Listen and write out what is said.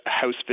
house